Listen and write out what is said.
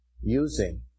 using